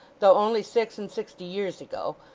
though only six-and-sixty years ago,